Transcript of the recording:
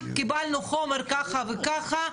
קיבלנו חומר כך וכך,